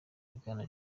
bwana